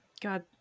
God